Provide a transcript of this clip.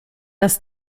das